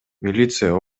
милиция